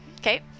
Okay